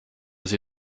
basé